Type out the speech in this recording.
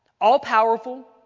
all-powerful